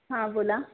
हां बोला